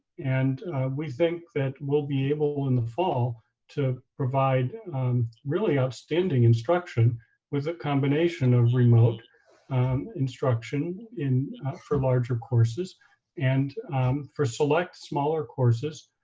and we think that we'll be able in the fall to provide really outstanding instruction with a combination of remote instruction for larger courses and for select smaller courses,